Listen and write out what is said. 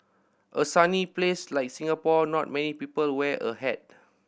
a sunny place like Singapore not many people wear a hat